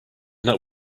that